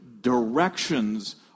directions